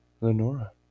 lenora